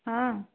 ହଁ